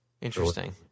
Interesting